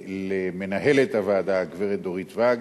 למנהלת הוועדה הגברת דורית ואג,